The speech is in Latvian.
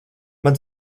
man